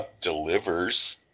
delivers